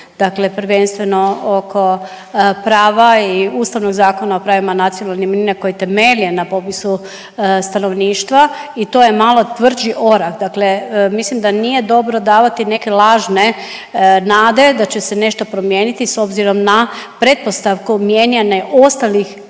dakle prvenstveno oko prava i Ustavnog zakona o pravima nacionalnih manjina koji je temeljen na popisu stanovništva i to je malo tvrđi orah. Dakle, mislim da nije dobro davati neke lažne nade da će se nešto promijeniti s obzirom na pretpostavku mijenjanja ostalih